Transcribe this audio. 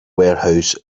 warehouse